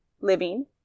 living